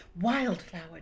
wildflower